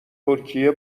ترکیه